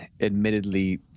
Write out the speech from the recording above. admittedly